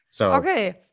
Okay